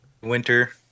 Winter